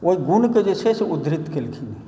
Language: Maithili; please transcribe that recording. ओहि गुणकेँ जे छै उद्धृत केलखिन हँ